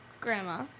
grandma